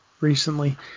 recently